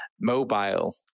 mobile